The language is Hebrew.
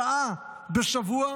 שעה בשבוע,